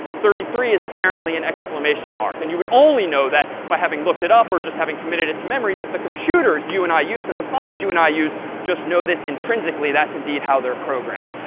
thirty three is, apparently, an exclamation mark. and you would only know that by having looked it up or just having committed it to memory. but the computers you and i use and the phones you and i use just know this intrinsically. that's, indeed, how they're programmed.